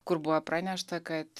kur buvo pranešta kad